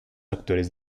actores